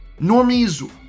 normies